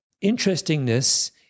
interestingness